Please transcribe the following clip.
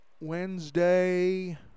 Wednesday